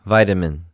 Vitamin